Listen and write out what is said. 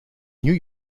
new